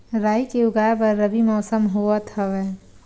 राई के उगाए बर रबी मौसम होवत हवय?